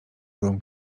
wodą